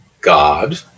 God